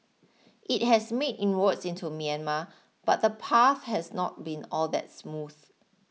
it has made inroads into Myanmar but the path has not been all that smooth